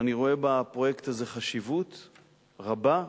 אני רואה בפרויקט הזה חשיבות רבה.